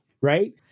right